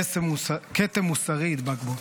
כתם מוסרי ידבק בו.